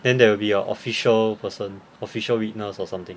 then there will be a official person official witness or something